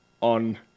on